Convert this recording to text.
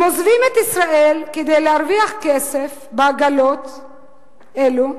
הם עוזבים את ישראל כדי להרוויח כסף בעגלות אלה,